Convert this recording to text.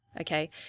okay